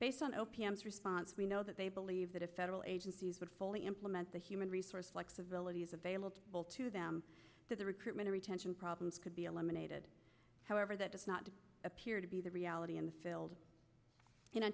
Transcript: based on o p s response we know that they believe that a federal agencies would fully implement the human resource flexibility is available to them to the recruitment retention problems could be eliminated however that does not appear to be the reality in the field